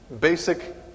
basic